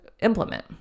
implement